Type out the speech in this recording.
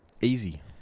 Easy